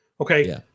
Okay